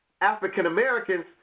African-Americans